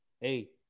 Hey